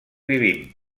vivim